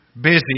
busy